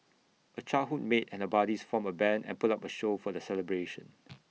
A childhood mate and buddies formed A Band and put up A show for the celebration